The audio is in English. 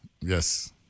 yes